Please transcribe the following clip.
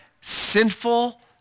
sinful